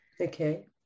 Okay